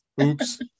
Oops